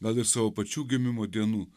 gal ir savo pačių gimimo dienų